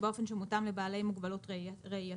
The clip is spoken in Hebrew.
ובאופן שמותאם לבעלי מוגבלות ראייה.